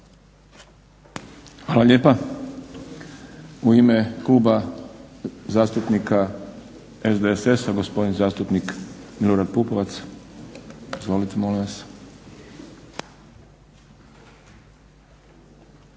Hvala lijepa. U ime Kluba zastupnika SDSS-a, gospodin zastupnik Milorad Pupovac. Izvolite molim vas.